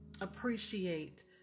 appreciate